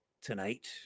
tonight